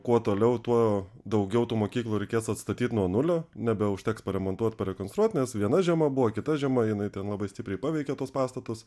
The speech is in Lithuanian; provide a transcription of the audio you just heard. kuo toliau tuo daugiau tų mokyklų reikės atstatyt nuo nulio nebeužteks paremontuot parekonstruot nes viena žiema buvo kita žiema jinai ten labai stipriai paveikė tuos pastatus